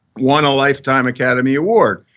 won a lifetime academy award.